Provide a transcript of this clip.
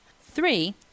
Three